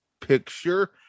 picture